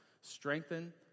Strengthen